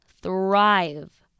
thrive